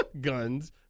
guns